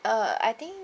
uh I think